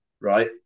right